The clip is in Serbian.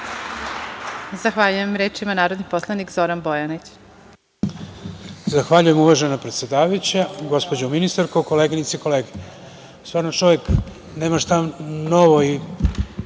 Zahvaljujem. Reč ima narodni poslanik Zoran Bojanić.